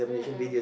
mmhmm